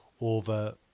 over